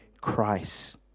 Christ